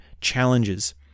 challenges